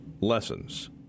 lessons